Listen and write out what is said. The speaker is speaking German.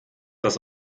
das